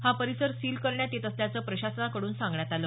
हा परिसर सील करण्यात येत असल्याचं प्रशासनाकडून सांगण्यात आलं